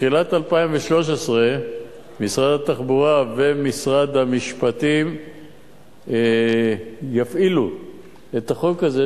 בתחילת 2013 משרד התחבורה ומשרד המשפטים יפעילו את החוק הזה,